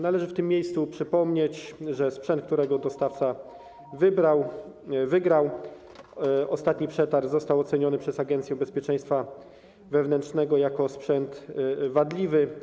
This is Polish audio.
Należy w tym miejscu przypomnieć, że sprzęt, którego dostawca wygrał ostatni przetarg, został oceniony przez Agencję Bezpieczeństwa Wewnętrznego jako sprzęt wadliwy.